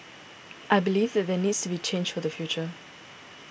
I believe that there needs to be change for the future